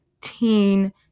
teen